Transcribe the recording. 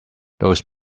those